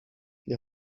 wir